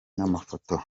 n’amafoto